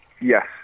Yes